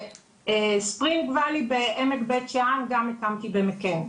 ספרינג ואלי בעמק בית שאן גם הקמתי ממקאן.